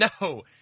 No